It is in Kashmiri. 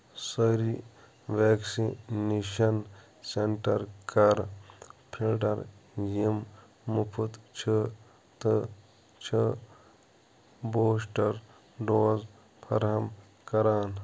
سٲرِی ویکسِنیشن سینٹر کر فلٹر یِم مُفط چھِ تہٕ چھِ بوٗسٹر ڈوز فراہَم کران